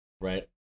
Right